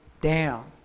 down